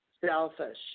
selfish